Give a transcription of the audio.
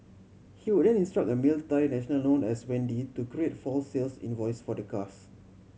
he would then instruct a male Thai national known as Wendy to create false sales invoices for the cars